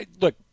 look